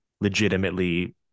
legitimately